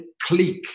click